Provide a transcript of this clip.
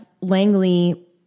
Langley